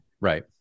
Right